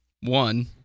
one